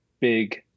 big